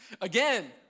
Again